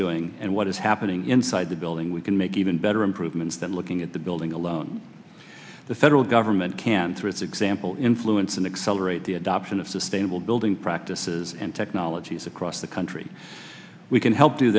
doing and what is happening inside the building we can make even better improvements than looking at the building alone the federal government can through its example influence and accelerate the adoption of sustainable building practices and technologies across the country we can help do